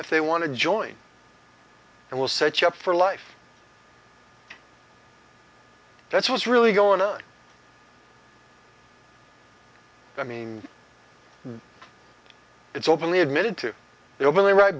if they want to join and will set you up for life that's what's really going on i mean it's openly admitted to